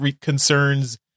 concerns